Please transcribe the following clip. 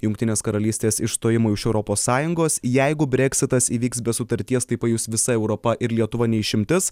jungtinės karalystės išstojimo iš europos sąjungos jeigu breksitas įvyks be sutarties tai pajus visa europa ir lietuva ne išimtis